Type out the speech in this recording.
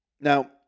Now